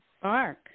spark